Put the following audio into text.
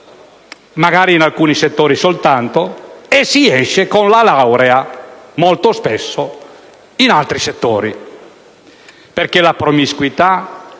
magari in alcuni settori soltanto e si esce con la "laurea" molto spesso in altri settori, perché la promiscuità,